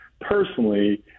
personally